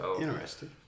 Interesting